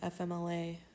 FMLA